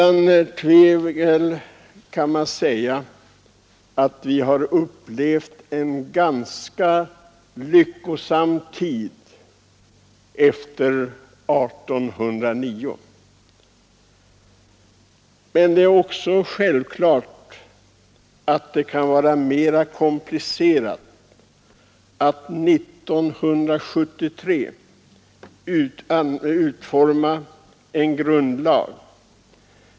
Otvivelaktigt kan man säga att vi har upplevt en lyckosam tid efter 1809. Men det är också självfallet att det år 1973 är mera komplicerat att utforma en grundlag än det var förra gången.